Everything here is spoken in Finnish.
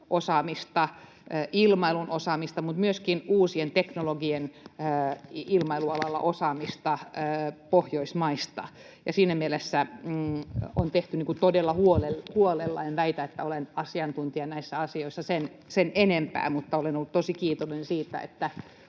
osaamista ja ilmailun osaamista mutta myöskin ilmailualan uusien teknologioiden osaamista Pohjoismaista, ja siinä mielessä on tehty todella huolella. En väitä, että olen asiantuntija näissä asioissa sen enempää, mutta olen ollut tosi kiitollinen siitä, että